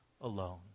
alone